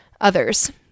others